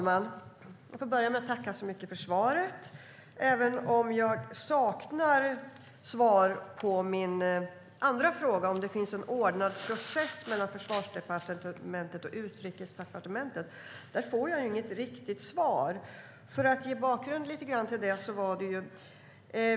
Fru talman! Jag börjar med att tacka så mycket för svaret, även om jag saknar svar på min andra fråga: Finns det en ordnad process mellan Försvarsdepartementet och Utrikesdepartementet? Där får jag inget riktigt svar. Jag ska ge lite grann av en bakgrund till frågan.